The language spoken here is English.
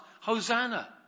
Hosanna